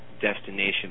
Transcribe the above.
Destination